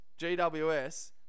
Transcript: GWS